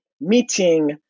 meeting